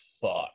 fuck